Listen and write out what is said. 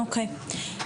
כן, אוקי.